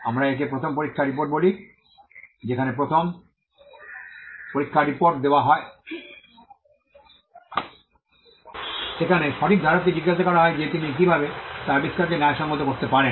আমরা একে প্রথম পরীক্ষার রিপোর্ট বলি যেখানে প্রথম পরীক্ষার রিপোর্ট দেওয়া হয় যেখানে সঠিক ধারককে জিজ্ঞাসা করা হয় যে তিনি কীভাবে তার আবিষ্কারকে ন্যায়সঙ্গত করতে পারেন